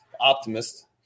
optimist